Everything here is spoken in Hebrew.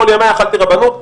כל ימיי אכלתי רבנות,